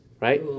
right